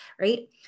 right